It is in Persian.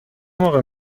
موقع